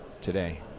today